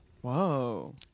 Whoa